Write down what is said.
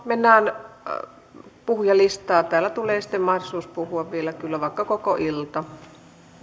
mennään puhujalistaan täällä tulee sitten mahdollisuus puhua vielä kyllä vaikka koko ilta